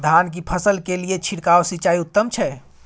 धान की फसल के लिये छिरकाव सिंचाई उत्तम छै?